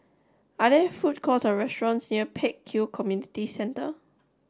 are there food courts or restaurants near Pek Kio Community Centre